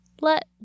let